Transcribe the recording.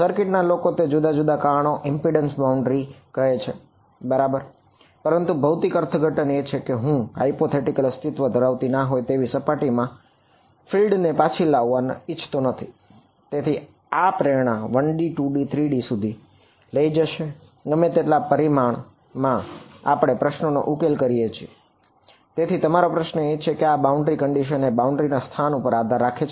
circuit ના લોકો તેને જુદા જુદા કારણો માટે ઈમ્પેડન્સ બાઉન્ડ્રી કન્ડિશન ના સ્થાન ઉપર આધાર રાખે છે